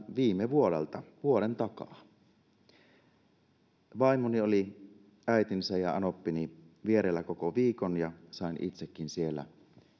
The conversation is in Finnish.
viime vuodelta vaimoni oli äitinsä ja anoppini vierellä koko viikon ja sain itsekin siellä